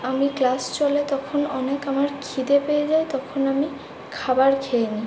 আমি ক্লাস চলে তখন অনেক আমার খিদে পেয়ে যায় তখন আমি খাবার খেয়ে নিই